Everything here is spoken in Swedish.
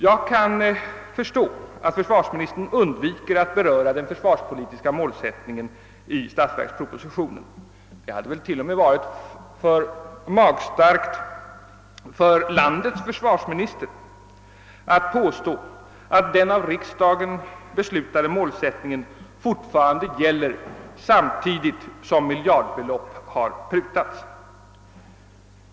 Jag kan förstå att försvarsministern undviker att beröra den försvarspolitiska målsättningen i statsverkspropositionen. Det hade väl till och med för landets försvarsminister varit väl magstarkt att påstå att den av riksdagen beslutade målsättningen fortfarande gäller samtidigt som miljardbelopp har nedprutats.